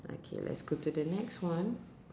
okay let's go to the next one